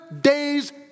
day's